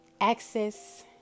Access